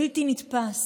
בלתי נתפס.